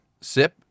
Sip